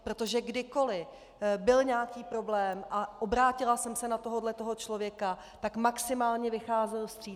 Protože kdykoli byl nějaký problém a obrátila jsem se na tohohle člověka, tak maximálně vycházel vstříc.